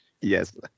Yes